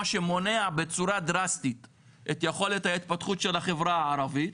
מה שמונע בצורה דרסטית את יכולת ההתפתחות של החברה הערבית,